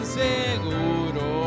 seguro